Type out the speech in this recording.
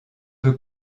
peu